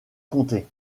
comtés